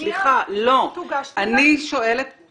סליחה, לא, אני שואלת --- תוגש תלונה.